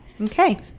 Okay